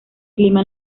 clima